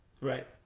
Right